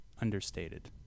understated